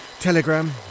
Telegram